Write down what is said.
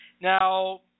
Now